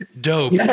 dope